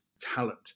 talent